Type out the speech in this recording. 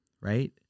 right